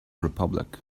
republic